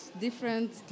different